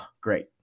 great